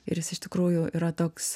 ir jis iš tikrųjų yra toks